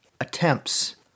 attempts